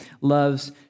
loves